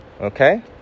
Okay